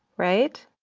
right?